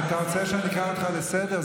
אתה רוצה שאני אקרא אותך לסדר?